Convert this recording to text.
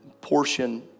portion